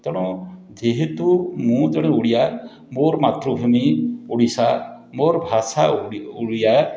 ତେଣୁ ଯେହେତୁ ମୁଁ ଜଣେ ଓଡ଼ିଆ ମୋର ମାତୃଭୂମି ଓଡ଼ିଶା ମୋର ଭାଷା ଓଡ଼ିଆ